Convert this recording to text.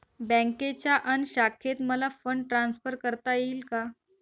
बँकेच्या अन्य शाखेत मला फंड ट्रान्सफर करता येईल का?